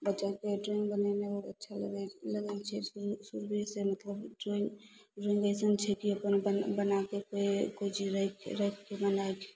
बच्चाके ड्रॉइंग बनेने अच्छा लगय लगय छै शुरुहेसँ मतलब ड्रॉइंग ड्रॉइंग एसन छै कि अपन बनाके फेर कोइ चीज राखिके राखिके बनाय